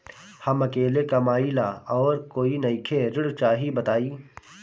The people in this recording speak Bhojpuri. हम अकेले कमाई ला और कोई नइखे ऋण चाही बताई?